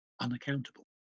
unaccountable